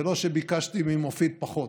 זה לא שביקשתי ממופיד פחות,